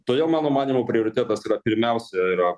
todėl mano manymu prioritetas yra pirmiausia yra